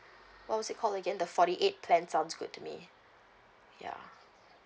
what was it called again the forty eight plan sounds good to me ya